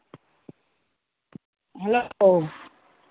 hello